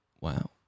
Wow